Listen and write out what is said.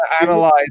analyze